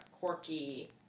quirky